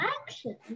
action